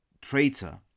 traitor